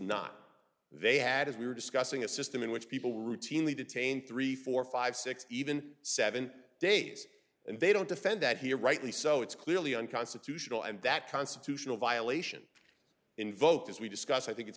not they had as we were discussing a system in which people routinely detain three four five six even seven days and they don't defend that here rightly so it's clearly unconstitutional and that constitutional violation invoked as we discussed i think it's